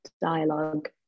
dialogue